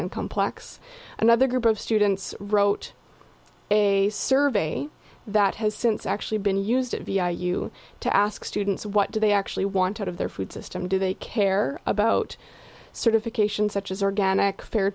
and complex another group of students wrote a survey that has since actually been used vi you to ask students what do they actually want out of their food system do they care about certification such as organic